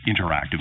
Interactive